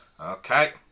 Okay